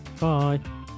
Bye